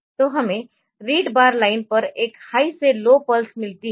तो हमें read bar line पर एक हाई से लो पल्स मिलती है